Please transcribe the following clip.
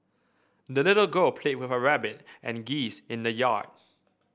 the little girl played with her rabbit and geese in the yard